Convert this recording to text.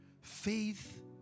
Faith